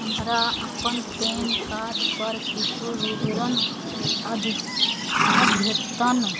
हमरा अपन पैन कार्डपर किछु विवरण अद्य अद्यतन